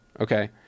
Okay